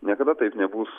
niekada taip nebus